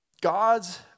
God's